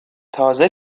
تازه